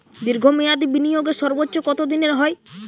দীর্ঘ মেয়াদি বিনিয়োগের সর্বোচ্চ কত দিনের হয়?